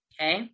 Okay